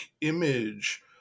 image